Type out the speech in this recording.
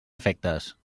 efectes